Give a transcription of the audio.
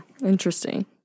Interesting